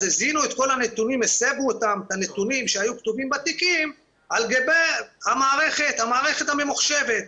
אז הסבו את הנתונים שהיו כתובים בתיקים על גבי המערכת הממוחשבת.